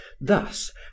Thus